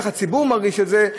איך הציבור מרגיש את זה,